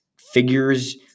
figures